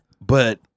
but-